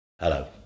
Hello